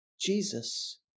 Jesus